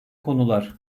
konular